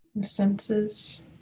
Senses